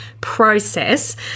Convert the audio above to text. process